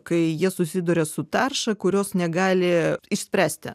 kai jie susiduria su tarša kurios negali išspręsti